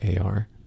AR